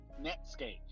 Netscape